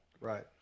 Right